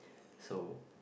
so